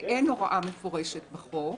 אין הוראה מפורשת בחוק.